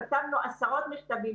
כתבנו עשרות מכתבים,